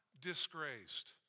disgraced